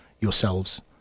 yourselves